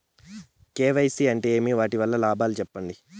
KYC అంటే ఏమి? వాటి లాభాలు సెప్పండి?